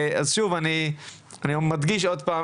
אני מדגיש שוב,